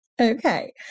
Okay